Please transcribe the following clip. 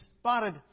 spotted